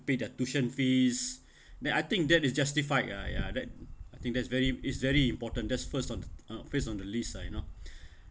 pay the tuition fees that I think that is justified lah ya that I think that's very is very important that's first on t~ uh first on the list ah you know